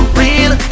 real